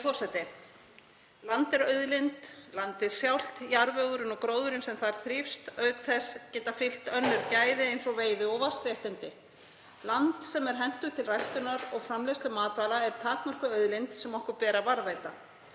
Virðulegur forseti. Land er auðlind, landið sjálft, jarðvegurinn og gróðurinn sem þar þrífst. Auk þess geta fylgt önnur gæði eins og veiði- og vatnsréttindi. Land sem er hentugt til ræktunar og framleiðslu matvæla er takmörkuð auðlind sem okkur ber að varðveita.